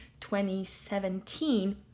2017